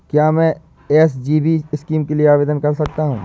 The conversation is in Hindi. क्या मैं एस.जी.बी स्कीम के लिए आवेदन कर सकता हूँ?